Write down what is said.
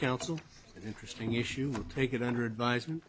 counsel interesting issue take it under advisement